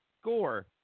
score